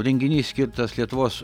renginys skirtas lietuvos